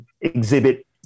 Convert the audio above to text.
exhibit